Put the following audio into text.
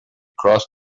cross